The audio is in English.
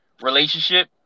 relationship